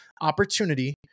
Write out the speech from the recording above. opportunity